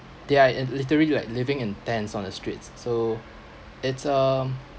they are in literally like living in tents on the streets so it's um